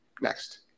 next